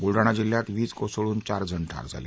बुलडाणा जिल्ह्यात वीज कोसळून चार जण ठार झाले